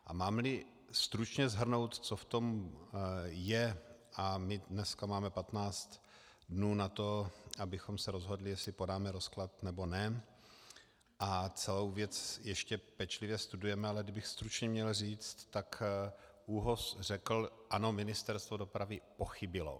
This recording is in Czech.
A mámli stručně shrnout, co v tom je, a my dneska máme 15 dnů na to, abychom se rozhodli, jestli podáme rozklad, nebo ne a celou věc ještě pečlivě studujeme, ale kdybych stručně měl říct, tak ÚOHS řekl ano, Ministerstvo dopravy pochybilo.